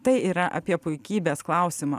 tai yra apie puikybės klausimą